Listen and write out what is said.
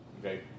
Okay